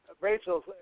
Rachel